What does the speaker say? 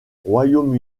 royaume